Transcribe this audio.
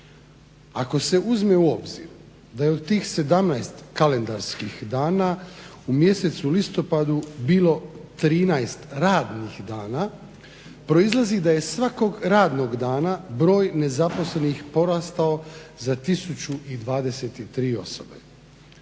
Ako se uzme u obzir da je od tih 17 kalendarskih dana u mjesecu listopadu bilo 13 radnih dana proizlazi da je svakog radnog dana broj nezaposlenih porastao za 1023 osobe,